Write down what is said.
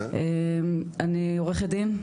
אני עורכת דין,